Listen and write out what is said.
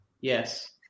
Yes